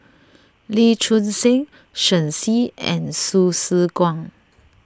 Lee Choon Seng Shen Xi and Hsu Tse Kwang